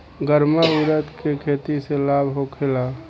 गर्मा उरद के खेती से लाभ होखे ला?